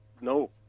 no